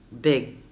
big